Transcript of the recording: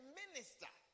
minister